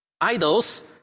Idols